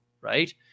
right